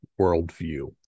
worldview